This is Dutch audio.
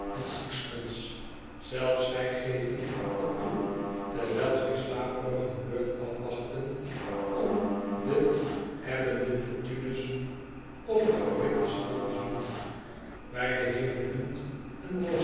three andsixpence zelfs zij geven wat toe terwijl zij slaperig hun beurt afwachten om den eb benden neptunus op t geribde strand te zoeken bij de heeren hunt